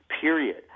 Period